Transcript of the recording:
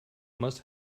must